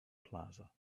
plaza